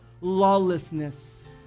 Lawlessness